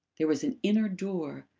there was an inner door,